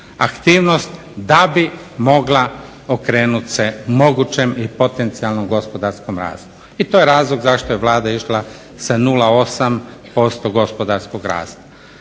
aktivnost da bi mogla okrenut će se mogućem i potencijalnom gospodarskom rastu. I to je razlog zašto je Vlada išla sa 0,8% gospodarskog rasta.